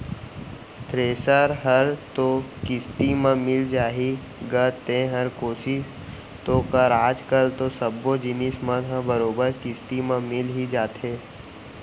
thresher हर तो किस्ती म मिल जाही गा तैंहर कोसिस तो कर आज कल तो सब्बो जिनिस मन ह बरोबर किस्ती म मिल ही जाथे